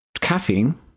Caffeine